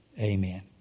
Amen